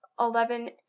eleven